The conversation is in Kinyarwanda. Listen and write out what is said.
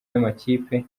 y’amakipe